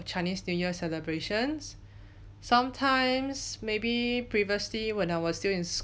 chinese new year celebrations some times maybe previously when I was still in